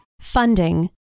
Funding